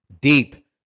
deep